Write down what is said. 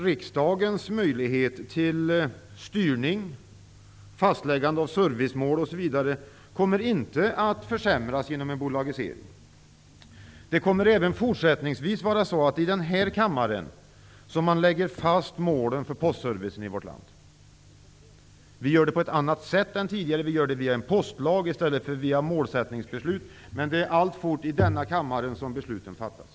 Riksdagens möjlighet till styrning, fastläggande av servicemål osv. kommer inte att försämras genom en bolagisering. Det kommer även fortsättningsvis att vara i denna kammare som man lägger fast målen för postservicen i vårt land. Vi gör det på ett annat sätt än tidigare. Vi gör det via en postlag i stället för via målsättningsbeslut, men det är alltfort i denna kammare som besluten fattas.